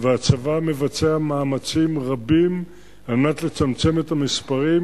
הצבא מבצע מאמצים רבים על מנת לצמצם את המספרים.